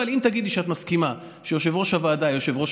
אבל אם תגידי שאת מסכימה שיושב-ראש הוועדה יהיה יושב-ראש